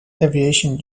aviation